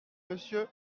monsieur